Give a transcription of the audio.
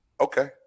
okay